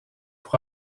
pour